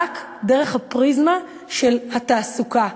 רק דרך הפריזמה של התעסוקה.